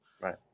Right